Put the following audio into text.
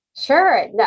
Sure